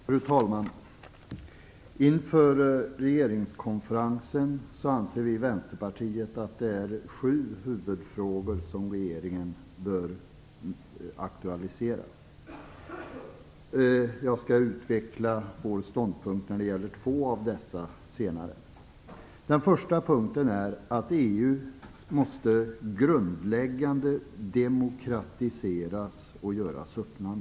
Fru talman! Inför regeringskonferensen anser vi i Vänsterpartiet att det är sju huvudfrågor som regeringen bör aktualisera. Jag skall utveckla vår ståndpunkt när det gäller två av dessa senare. För det första måste EU grundläggande demokratiseras och göras öppnare.